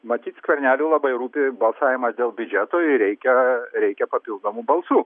matyt skverneliui labai rūpi balsavimas dėl biudžeto jei reikia reikia papildomų balsų